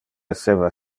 esseva